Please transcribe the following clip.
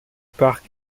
parc